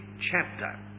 chapter